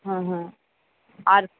হ্যাঁ হ্যাঁ আর